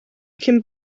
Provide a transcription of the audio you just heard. cyn